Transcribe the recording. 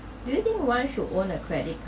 do you think why should own a credit